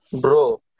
Bro